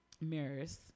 Mirrors